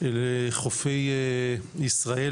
לחופי ישראל.